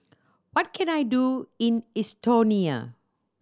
what can I do in Estonia